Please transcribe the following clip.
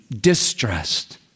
distressed